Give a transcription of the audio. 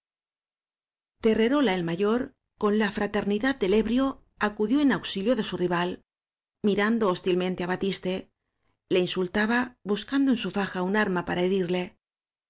cabeza terreróla el mayor con la fraternidad del ebrio acudió en auxilio de su rival mirando hostilmente á batiste le insultaba buscando en su faja una arma para herirle